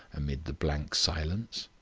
amid the blank silence.